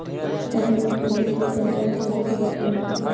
फसल में कीड़ों की पहचान कैसे की जाती है?